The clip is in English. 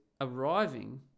arriving